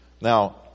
Now